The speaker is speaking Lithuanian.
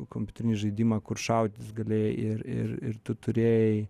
kompiuterinį žaidimą kur šaudyt galėjai ir ir ir tu turėjai